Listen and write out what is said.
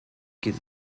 geht